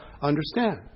understand